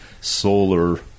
solar